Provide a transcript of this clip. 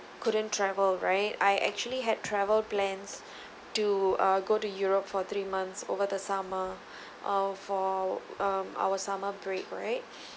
couldn't travel right I actually had traveled plans to uh go to europe for three months over the summer all for um our summer break right